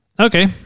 Okay